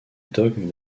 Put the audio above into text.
dogme